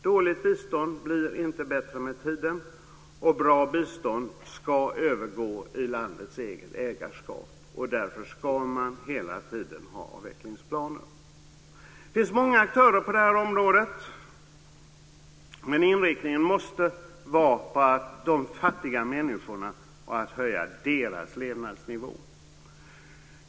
Dåligt bistånd blir inte bättre med tiden, och bra bistånd ska övergå i landets eget ägarskap. Därför ska man hela tiden ha avvecklingsplaner. Det finns många aktörer på detta område. Men inriktningen måste vara på de fattiga människorna och att höja deras levnadsnivå.